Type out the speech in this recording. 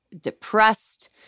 depressed